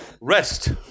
Rest